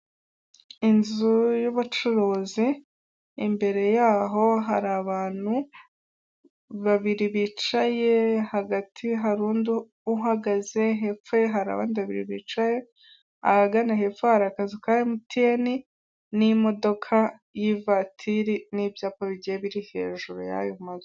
Wasanga nawe koko utaramenya ko buriya igiti gishobora kuvamo ibintu byinshi bitandukanye. Igiti ni ikintu ushabora kubyazamo umusaruro mu bintu byinshi bitandukanye. Aha turahabona umutako mwiza cyane ushobora guterekaho n'utundi dutako twinshi tugiye dutandukanye wakozwe mu giti, warabajwe neza barangije bawusiga irangi ryiza; ubundi umuntu arawumanika mu nzu ye, ashyiraho utundi dutako dutandukanye, ubona ko unogeye ijisho kandi ujyanye n'igihe.